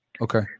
Okay